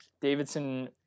Davidson